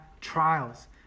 trials